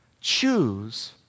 choose